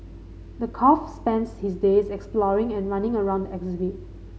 the calf spends his days exploring and running around exhibit